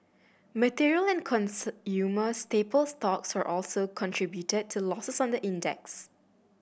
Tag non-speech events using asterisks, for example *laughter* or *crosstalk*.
material and *unintelligible* staple stocks *unintelligible* also contributed to losses on the index